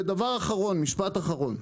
ודבר אחרון, משפט אחרון,